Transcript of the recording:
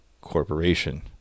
Corporation